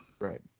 Right